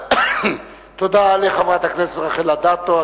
תודה לחברת הכנסת רחל אדטו,